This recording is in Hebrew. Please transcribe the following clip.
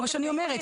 זה מה שאני אומרת,